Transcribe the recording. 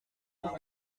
pour